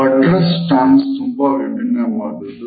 buttress ಸ್ತನ್ಸ್ ತುಂಬಾ ವಿಭಿನ್ನವಾದದ್ದು